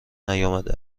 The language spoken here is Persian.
نیامده